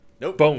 Nope